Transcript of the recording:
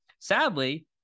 Sadly